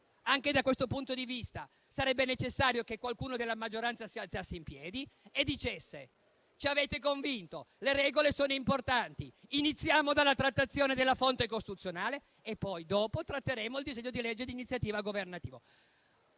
Anche da questo punto di vista sarebbe necessario che qualcuno della maggioranza si alzasse in piedi e dicesse che li abbiamo convinti, che le regole sono importanti e che iniziamo dalla trattazione del disegno di legge costituzionale e dopo tratteremo il disegno di legge di iniziativa parlamentare.